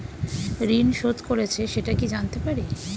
ঋণ শোধ করেছে সেটা কি জানতে পারি?